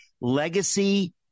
Legacy